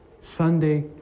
Sunday